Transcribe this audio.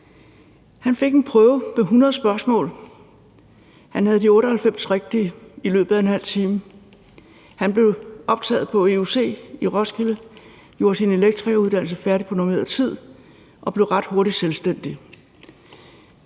Han fik en prøve med 100 spørgsmål – og han havde de 98 rigtige i løbet af en halv time. Han blev optaget på euc i Roskilde, gjorde sin elektrikeruddannelse færdig på normeret tid og blev ret hurtigt selvstændig.